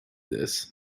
this